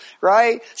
right